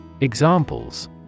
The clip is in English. Examples